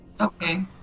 Okay